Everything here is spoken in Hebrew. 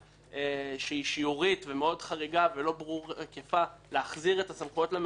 חריגה ולא תקפה להחזיר את הסמכויות לממונה,